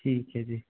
ਠੀਕ ਹੈ ਜੀ